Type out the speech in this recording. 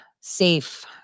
safe